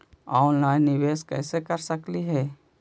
Online निबेस कैसे कर सकली हे?